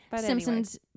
Simpsons